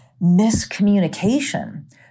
miscommunication